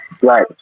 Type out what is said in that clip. Right